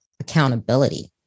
accountability